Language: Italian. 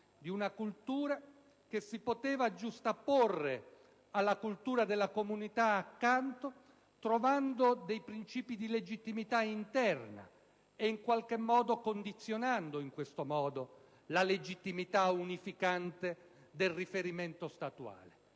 di culture che si giustapponevano alla cultura della comunità accanto trovando dei princìpi di legittimità interna, condizionando in questo modo la legittimità unificante del riferimento statuale.